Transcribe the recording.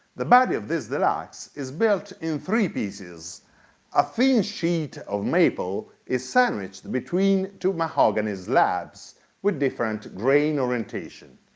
the body of this deluxe is built in three pieces a thin sheet of maple is sandwiched between two mahogany slabs with different grain orientation.